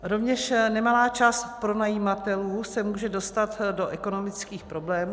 Rovněž nemalá část pronajímatelů se může dostat do ekonomických problémů.